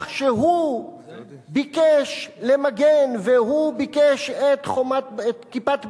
שהוא ביקש למגן והוא ביקש את "כיפת ברזל".